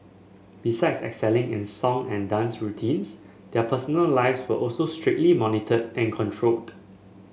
besides excelling in song and dance routines their personal lives were also strictly monitored and controlled